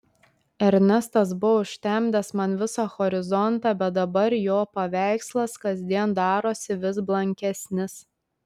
ernestas buvo užtemdęs man visą horizontą bet dabar jo paveikslas kasdien darosi vis blankesnis